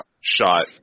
shot